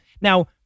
now